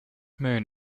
moon